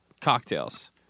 cocktails